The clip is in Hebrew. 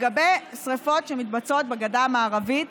לגבי שרפות שמתבצעות בגדה המערבית,